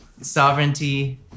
Sovereignty